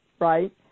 right